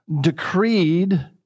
decreed